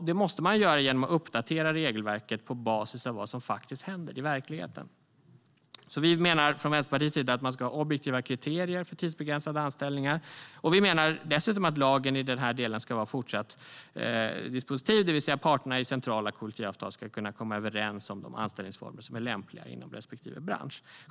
Det måste man göra genom att uppdatera regelverket på basis av vad som faktiskt händer i verkligheten. Vi menar från Vänsterpartiets sida att man ska ha objektiva kriterier för tidsbegränsade anställningar. Vi menar dessutom att lagen i den här delen fortsatt ska vara dispositiv, det vill säga att parterna i centrala kollektivavtal ska kunna komma överens om de anställningsformer som är lämpliga inom respektive bransch.